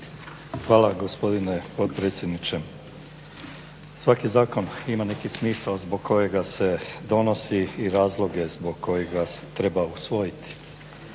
Hvala gospodine potpredsjedniče. Svaki zakon ima neki smisao zbog kojega se donosi i razloge zbog kojega ga treba usvojiti.